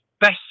best